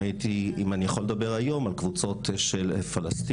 אם אני יכול לדבר היום על קבוצות של פלסטיניות,